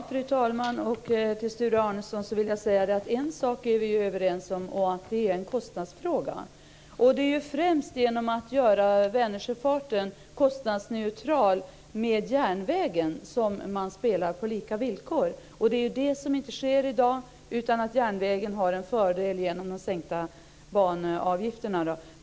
Fru talman! En sak är Sture Arnesson och jag överens om, och det är att detta är en kostnadsfråga. Det är främst genom att göra Vänersjöfarten kostnadsneutral med järnvägen som man spelar på lika villkor. Så sker inte i dag. Järnvägen har en fördel genom de sänkta banavgifterna.